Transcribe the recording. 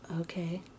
okay